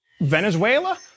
Venezuela